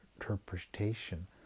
interpretation